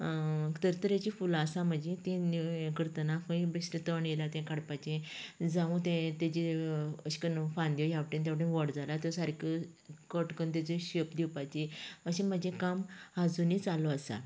तरेतरेची फुलां आसा म्हजीं ती हें करतना खंय बेश्टे तण येयलां ते काडपाचे जावं तें तेजे अशें करून फांदी हेवटेन तेवटेन व्हड जाला सारके कट करून दिवपाची अशें म्हजें काम अजूनीय चालू